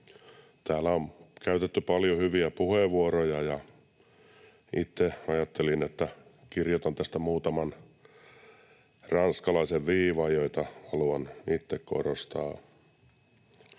täällä on käytetty paljon hyviä puheenvuoroja. Ajattelin, että kirjoitan tästä muutaman ranskalaisen viivan, joita haluan itse korostaa.